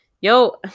Yo